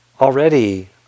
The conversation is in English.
Already